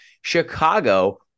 Chicago